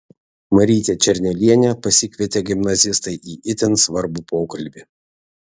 marytę černelienę pasikvietė gimnazistai į itin svarbų pokalbį